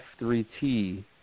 F3T